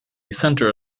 centre